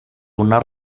una